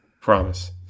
Promise